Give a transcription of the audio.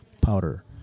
powder